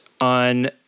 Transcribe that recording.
on